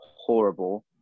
horrible